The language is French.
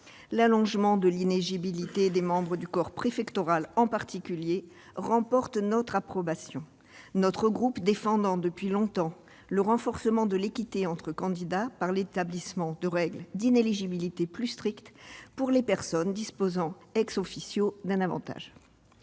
L'allongement de la durée d'inéligibilité des membres du corps préfectoral en particulier emporte notre approbation, mon groupe défendant depuis longtemps le renforcement de l'équité entre candidats par l'établissement de règles d'inéligibilité plus strictes pour les personnes disposant d'un avantage